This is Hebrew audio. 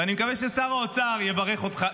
ואני מקווה ששר האוצר יברך אותך.